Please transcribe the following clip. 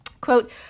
Quote